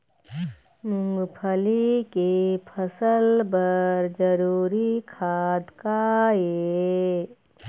मूंगफली के फसल बर जरूरी खाद का ये?